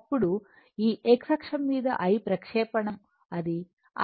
అప్పుడు ఈ x అక్షం మీద I ప్రక్షేపణం అది